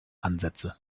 ansätze